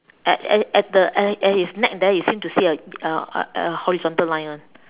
at at at the at at his neck there you seem to see a a a horizontal line [one]